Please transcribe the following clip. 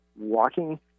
walking